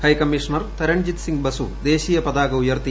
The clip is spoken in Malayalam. ഹൈക്കമ്മീഷണർ തരൺജിത് സിംഗ് ബസു ദേശീയ പതാക ഉയർത്തി